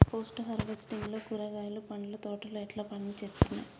Post harvesting లో కూరగాయలు పండ్ల తోటలు ఎట్లా పనిచేత్తనయ్?